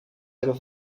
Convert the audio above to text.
hebben